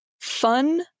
fun